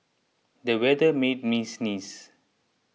the weather made me sneeze